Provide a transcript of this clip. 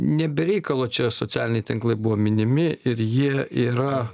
ne be reikalo čia socialiniai tinklai buvo minimi ir jie yra